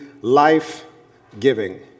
life-giving